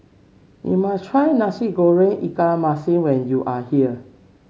you must try Nasi Goreng Ikan Masin when you are here